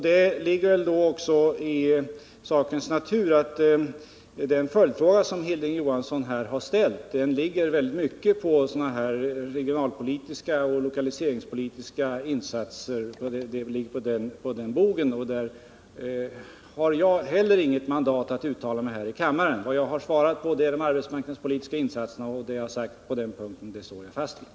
Det ligger då också i sakens natur att den följdfråga som Hilding Johansson har ställt i hög grad gäller regionalpolitiska och lokaliseringspolitiska insatser, och därvidlag har jag inte heller mandat att uttala mig här i kammaren. Vad jag har svarat på är frågan om de arbetsmarknadspolitiska insatserna, och det jag har sagt på den punkten står jag fast vid.